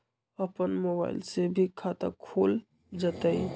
अपन मोबाइल से भी खाता खोल जताईं?